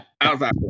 outside